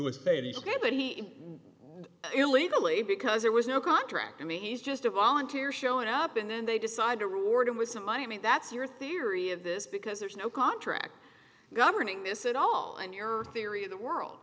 but he illegally because there was no contract i mean he's just a volunteer showing up and then they decide to reward him with some money i mean that's your theory of this because there's no contract governing this at all and your theory of the world